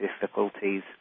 difficulties